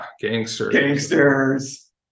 gangsters